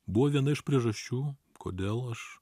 buvo viena iš priežasčių kodėl aš